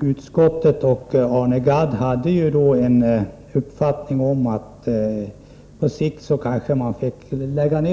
utskottet och Arne Gadd tidigare hade uppfattningen att datadelegationen på sikt möjligen borde läggas ner.